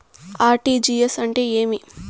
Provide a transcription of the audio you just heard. RTGS అంటే ఏమి